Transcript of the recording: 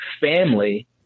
family